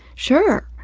sure.